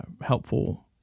helpful